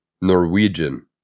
Norwegian